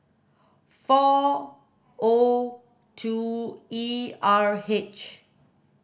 four O two E R H